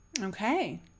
Okay